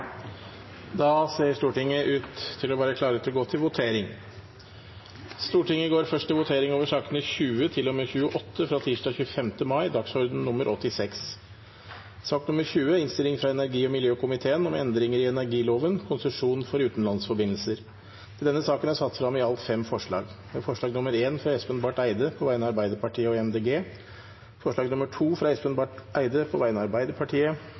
da en pause i debatten i sak nr. 11, og det vil bli ringt til votering. Da er Stortinget klar til å gå til votering. Stortinget går først til votering over sakene nr. 20–28 fra tirsdag 25. mai, dagsorden nr. 86. Under debatten er det satt frem i alt fire forslag. Det er forslag nr. 1, fra Espen Barth Eide på vegne av Arbeiderpartiet og Miljøpartiet De Grønne forslag nr. 2, fra Espen Barth Eide på vegne av Arbeiderpartiet